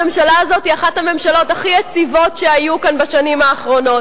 הממשלה הזאת היא אחת הממשלות הכי יציבות שהיו כאן בשנים האחרונות.